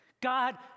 God